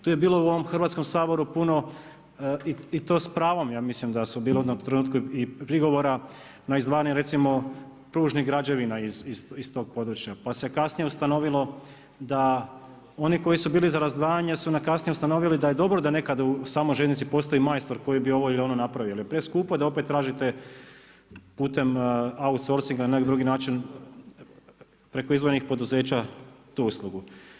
Tu je bilo u ovom Hrvatskom saboru puno i to s pravom mislim da su bili i prigovora na izdvajanje recimo pružnih građevina iz tog područja, pa se kasnije ustanovilo da oni koji su bili za razdvajanje su kasnije ustanovili da je dobro da nekad u samoj željeznici postoji majstor koji bi ovo ili ono napravio, jer je preskupo da opet tražite putem outsourcinga ili na neki drugi način preko izdvojenih poduzeća tu uslugu.